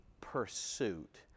pursuit